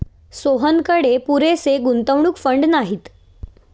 सोहनकडे पुरेसे गुंतवणूक फंड नाहीत